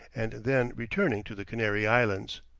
and then returning to the canary islands.